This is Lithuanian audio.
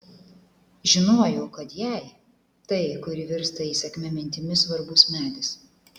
žinojau kad jai tai kuri virsta įsakmia mintimi svarbus medis